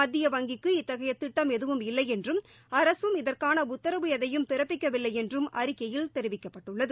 மத்திய வங்கிக்கு இத்தகைய திட்டம் எதுவும் இல்லை என்றும் அரசும் இதற்கான உத்தரவு எதையும் பிறப்பிக்கவில்லை என்றும் அறிக்கையில் தெரிவிக்கப்பட்டுள்ளது